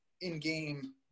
in-game